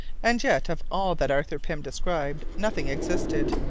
and yet of all that arthur pym described nothing existed,